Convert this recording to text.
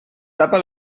tapa